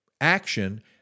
action